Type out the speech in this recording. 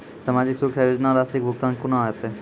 समाजिक सुरक्षा योजना राशिक भुगतान कूना हेतै?